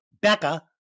Becca